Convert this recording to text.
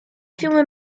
fiume